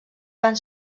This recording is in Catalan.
van